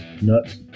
Nuts